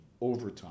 overtime